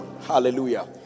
hallelujah